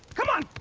come on,